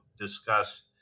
discuss